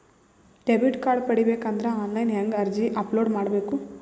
Debit card ಪಡಿಬೇಕು ಅಂದ್ರ online ಹೆಂಗ್ ಅರ್ಜಿ ಅಪಲೊಡ ಮಾಡಬೇಕು?